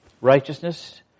righteousness